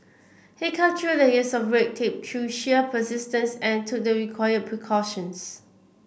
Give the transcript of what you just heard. he cut through layers of red tape through sheer persistence and took the required precautions